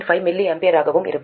5 mA ஆகவும் இருக்கும்